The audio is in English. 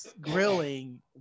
grilling